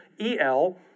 E-L